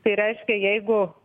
tai reiškia jeigu